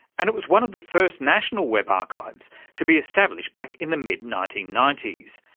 and it was one of the first national web archives to be established back in the mid nineteen ninety s,